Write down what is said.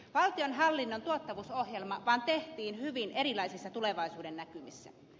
valtionhallinnon tuottavuusohjelma vaan tehtiin hyvin erilaisissa tulevaisuudennäkymissä